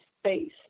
space